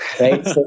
right